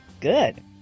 Good